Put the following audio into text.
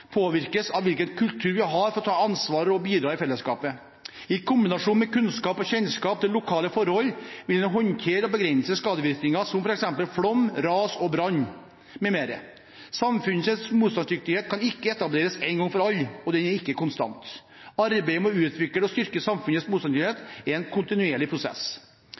påvirkes av hvilken kultur vi har for å ta ansvar og bidra i fellesskapet. I kombinasjon med kunnskap og kjennskap til lokale forhold vil en håndtere og begrense skadevirkninger som f.eks. flom, ras og brann m.m. Samfunnets motstandsdyktighet kan ikke etableres en gang for alle, og den er ikke konstant. Arbeidet med å utvikle og styrke samfunnets motstandsdyktighet er en kontinuerlig prosess.